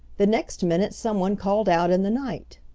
the next minute someone called out in the night!